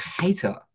Hater